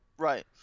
Right